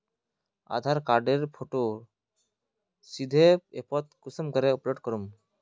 आधार कार्डेर फोटो सीधे ऐपोत कुंसम करे अपलोड करूम?